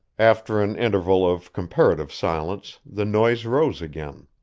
after an interval of comparative silence, the noise rose again.